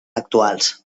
actuals